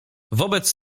wobec